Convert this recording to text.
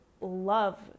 love